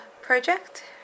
project